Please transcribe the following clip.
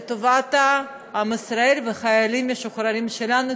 לטובת עם ישראל והחיילים המשוחררים שלנו,